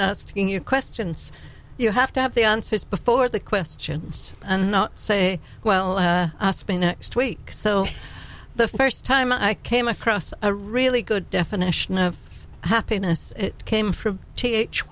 in your questions you have to have the answers before the questions and say well spent next week so the first time i came across a really good definition of happiness came from th